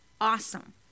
Awesome